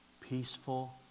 peaceful